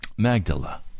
Magdala